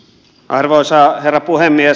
arvoisa herra puhemies